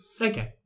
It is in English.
Okay